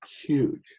huge